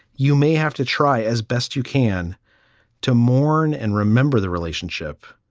you may have to try as best you can to mourn and remember the relationship,